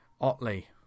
Otley